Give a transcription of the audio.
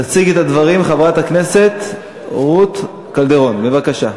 תציג את הדברים חברת הכנסת רות קלדרון, בבקשה.